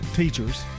teachers